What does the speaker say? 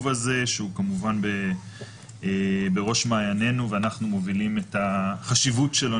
הזה שהוא כמובן בראש מעייננו ואנחנו מובילים את החשיבות שלו,